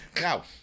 Now